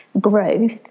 growth